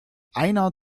einer